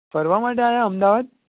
ફરવા માટે આવ્યા અમદાવાદ